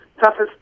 toughest